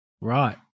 Right